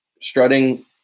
strutting